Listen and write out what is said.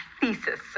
thesis